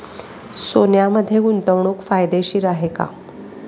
सोन्यामध्ये गुंतवणूक फायदेशीर आहे का?